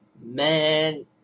man